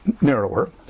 narrower